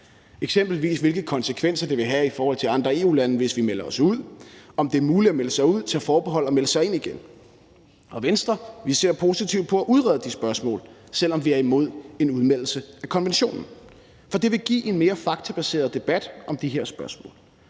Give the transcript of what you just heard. eksempelvis hvilke konsekvenser det vil have i forhold til andre EU-lande, hvis vi melder os ud, og om det er muligt at melde sig ud, tage forbehold, og melde sig ind igen. I Venstre ser vi positivt på at udrede de spørgsmål, selv om vi er imod en udmeldelse af konventionen, for det vil give en mere faktabaseret debat om det her spørgsmål.